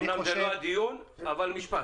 אומנם זה לא הדיון, אבל משפט.